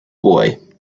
boy